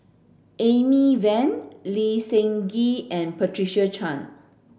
Amy Van Lee Seng Gee and Patricia Chan